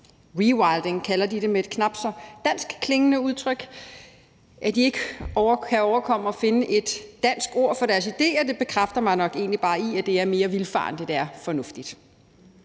Rewilding kalder de det med et knap så danskklingende udtryk. At de ikke kan overkomme at finde et dansk ord for deres idéer, bekræfter mig nok egentlig bare i, at det er mere vildfarent end det er fornuftigt.